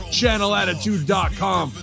channelattitude.com